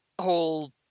whole